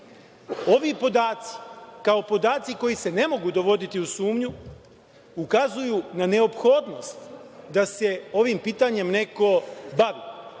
Ovi podaci, kao podaci koji se ne mogu dovoditi u sumnju, ukazuju na neophodnost da se ovim pitanjem neko